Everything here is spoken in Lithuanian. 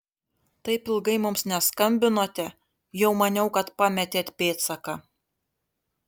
taip ilgai mums neskambinote jau maniau kad pametėt pėdsaką